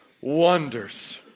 Wonders